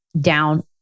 down